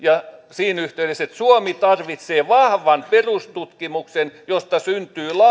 siinä yhteydessä että suomi tarvitsee vahvan perustutkimuksen josta syntyy